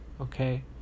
okay